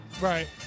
Right